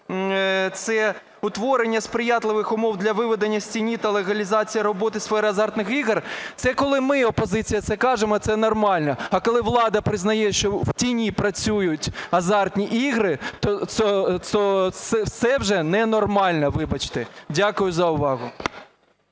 це утворення сприятливих умов для виведення з тіні та легалізації роботи сфери азартних ігор, це коли ми, опозиція, це кажемо, це нормально. А коли влада признає, що в тіні працюють азартні ігри, то це вже ненормально, вибачте. Дякую за увагу.